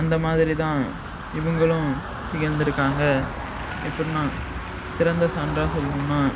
அந்த மாதிரிதான் இவங்களும் திகழ்ந்திருக்காங்க எப்படின்னா சிறந்த சான்றாக சொல்லுன்னால்